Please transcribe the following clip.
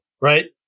right